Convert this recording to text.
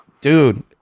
Dude